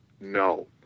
no